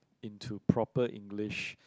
into proper English